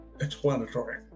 explanatory